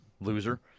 loser